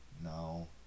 No